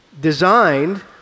designed